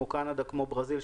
כמו קנדה וברזיל,